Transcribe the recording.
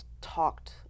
talked